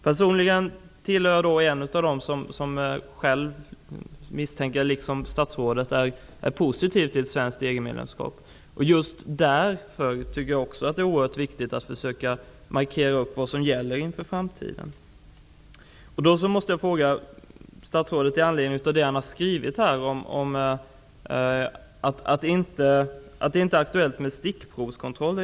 Personligen är jag, liksom statsrådet, en av dem som är positivt inställd till ett svenskt EG medlemskap. Just därför är det oerhört viktigt att markera vad som skall gälla inför framtiden. Statsrådet har skrivit i svaret att det inte är aktuellt med stickprovskontroller.